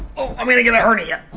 oh! i'm gonna get a hernia. ah!